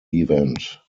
event